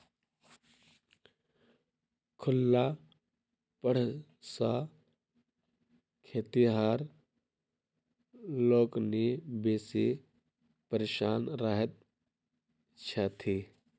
खुल्ला साँढ़ सॅ खेतिहर लोकनि बेसी परेशान रहैत छथि